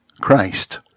Christ